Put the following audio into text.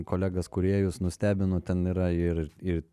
kolegas kūrėjus nustebino ten yra ir ir